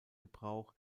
gebrauch